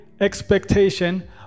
expectation